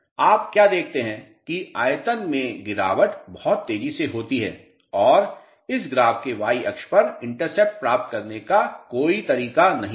आप क्या देखते हैं कि आयतन में गिरावट बहुत तेजी से होती है और इस ग्राफ के y अक्ष पर इंटरसेप्ट प्राप्त करने का कोई तरीका नहीं है